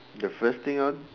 the first thing I'd